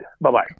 Bye-bye